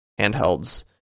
handhelds